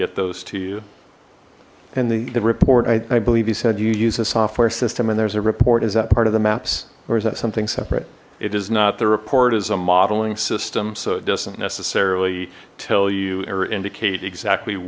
get those to you and the the report i believe you said you use a software system and there's a report is that part of the maps or is that something separate it is not the report is a modeling system so it doesn't necessarily tell you or indicate exactly